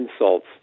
insults